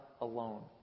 alone